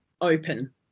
open